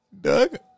Doug